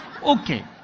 okay